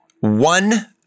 one